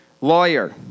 lawyer